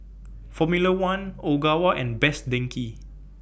Formula one Ogawa and Best Denki